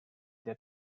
der